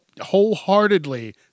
wholeheartedly